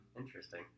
Interesting